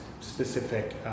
specific